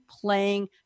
playing